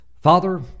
Father